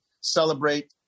celebrate